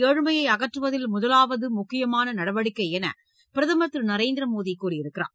ஏழ்மையை அகற்றுவதில் முதலாவது முக்கியமான நடவடிக்கை என்று பிரதமர் திரு நரேந்திர மோடி கூறியிருக்கிறார்